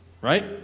right